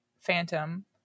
phantom